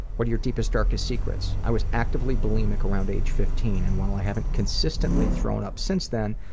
what are your deepest, darkest secrets? i was actively bulimic around age fifteen, and while i haven't consistently thrown up since then,